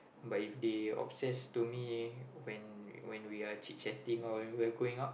but if they obsess to me when when we are chit chatting or when we are going out